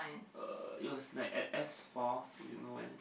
uh it was like at S four you know where